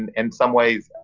and in some ways,